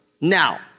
Now